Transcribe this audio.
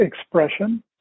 expression